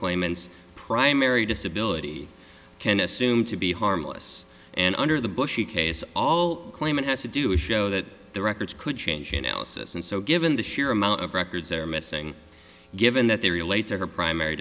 claimants primary disability can assume to be harmless and under the bushy case all claimant has to do is show that the records could change analysis and so given the sheer amount of records they're missing given that they relate to her primary